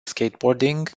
skateboarding